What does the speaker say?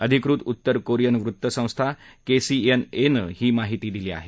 अधिकृत उत्तर कोरियन वृत्तसंस्था केसीएनएनं ही माहिती दिली आहे